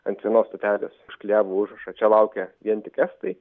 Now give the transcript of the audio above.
jie ant vienos stotelės užklijavo užrašą čia laukia vien tik estai